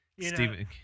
Stephen